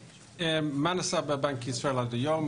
מה בוצע בבנק ישראל עד היום?